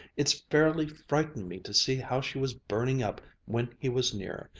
it fairly frightened me to see how she was burning up when he was near.